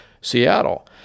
Seattle